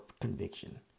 conviction